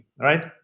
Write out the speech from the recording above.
right